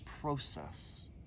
process